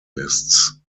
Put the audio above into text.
lists